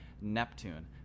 Neptune